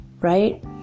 right